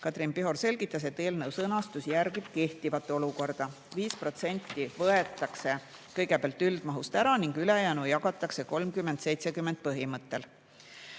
Katrin Pihor selgitas, et eelnõu sõnastus järgib kehtivat olukorda. 5% võetakse kõigepealt üldmahust ära ning ülejäänu jagatakse 30 : 70 põhimõttel: